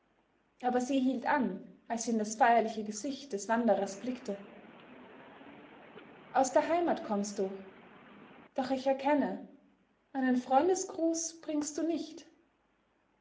aber sie hielt an als sie in das feierliche gesicht des wanderers blickte aus der heimat kommst du doch ich erkenne einen freundesgruß bringst du nicht